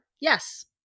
Yes